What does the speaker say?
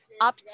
up